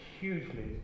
hugely